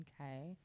Okay